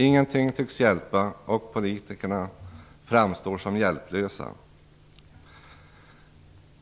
Ingenting tycks hjälpa, och politikerna framstår som hjälplösa.